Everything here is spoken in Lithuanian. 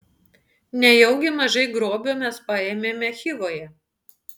nejaugi mažai grobio mes paėmėme chivoje